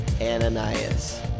Ananias